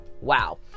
Wow